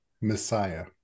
Messiah